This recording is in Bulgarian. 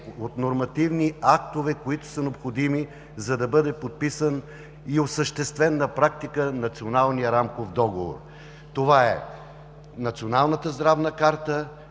от нормативни актове, които са необходими, за да бъде подписан и осъществен на практика Националният рамков договор. Това е националната здравна карта,